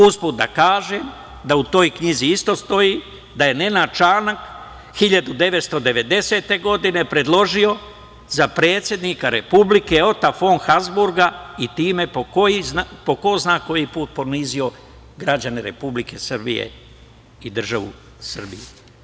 Usput da kažem da u toj knjizi isto stoji da je Nenad Čanak 1990. godine predložio za predsednika Republike Ota fon Habsburga i time po ko zna koji put ponizio građane Republike Srbije i državu Srbiju.